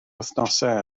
wythnosau